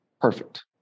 perfect